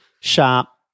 shop